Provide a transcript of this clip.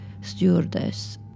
stewardess